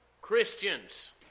Christians